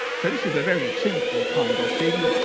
so this is a very simple kind of thing,